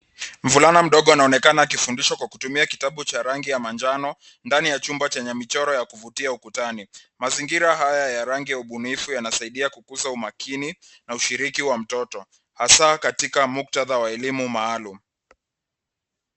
Mvulana mdogo anaonekana aki fundishwa kupitia kitabu cha rangi ya manjano ndani ya chumba chenye michoro ya kuvutia ukuta ni mazingira haya ya rangi ya ubunifu yanasaidia kukuza umakini na ushiriki wa mtoto hasa katika muktadha wa elimu maalum